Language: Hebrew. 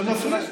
כבוד היושבת-ראש,